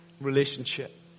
relationship